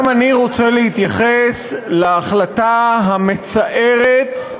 גם אני רוצה להתייחס להחלטה המצערת,